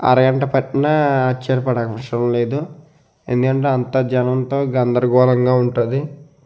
అరగంట పట్టినా ఆశ్యర్యపడవలసిన అవసరం లేదు ఎందుకంటే అంత జనంతో గందరగోళంగా ఉంటుంది